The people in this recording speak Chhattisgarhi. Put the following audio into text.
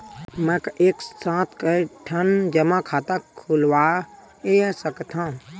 मैं एक साथ के ठन जमा खाता खुलवाय सकथव?